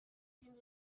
been